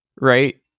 right